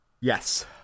Yes